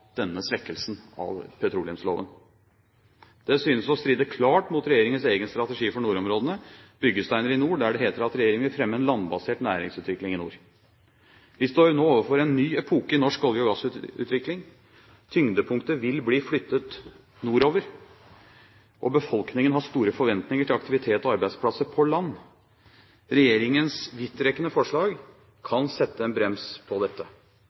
denne svekkelsen av petroleumsloven. Det synes å stride klart mot regjeringens egen strategi for nordområdene, Nye byggesteiner i nord, der det heter at regjeringen vil fremme en landbasert næringsutvikling i nord. Vi står nå overfor en ny epoke i norsk olje- og gassutvikling. Tyngdepunktet vil bli flyttet nordover, og befolkningen har store forventninger til aktivitet og arbeidsplasser på land. Regjeringens vidtrekkende forslag kan sette en brems for dette.